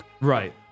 Right